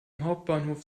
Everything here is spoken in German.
hauptbahnhof